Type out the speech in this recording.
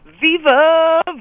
Viva